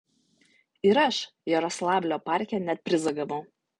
ir aš jaroslavlio parke net prizą gavau